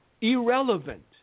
Irrelevant